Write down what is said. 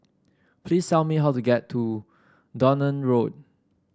please tell me how to get to Dunearn Road